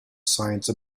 science